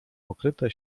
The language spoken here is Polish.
pokryte